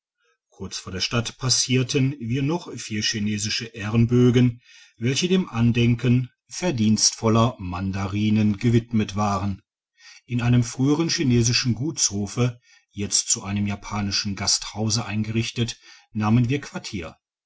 kurz vor der stadt passierten wir noch vier chinesische ehrenbögen welche dem andenken verdienstdigitized by google voller mandarinen gewidmet waren in einem früheren chinesischen gutshofe jetzt zu einem japanischen gasthause eingerichtet nahmen wir